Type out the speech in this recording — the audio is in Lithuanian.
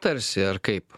tarsi ar kaip